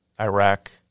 Iraq